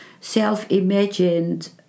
self-imagined